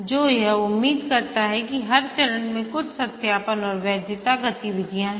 जो यह उम्मीद करता है कि हर चरण में कुछ सत्यापन और वैधता गतिविधियां हैं